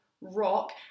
rock